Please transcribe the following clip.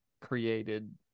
created